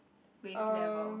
waist level